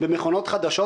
במכונת חדשות,